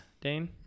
Dane